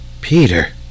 Peter